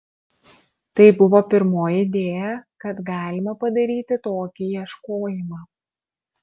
tai buvo pirmoji idėja kad galima padaryti tokį ieškojimą